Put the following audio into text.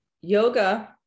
yoga